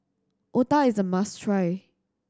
Otah is a must try